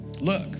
look